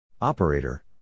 Operator